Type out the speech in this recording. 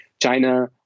China